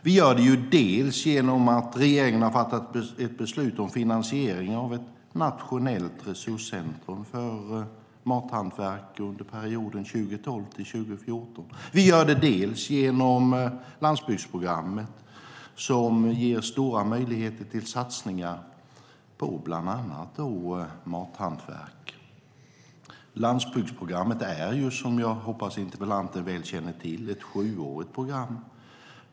Vi gör det genom att regeringen har fattat beslut om finansiering av ett nationellt resurscentrum för mathantverk under perioden 2012-2014, och vi gör det genom landsbygdsprogrammet som ger stora mjäligheter till satsningar på bland annat mathantverk. Landsbygdsprogrammet är, som jag hoppas att interpellanten väl känner till, ett sjuårigt program.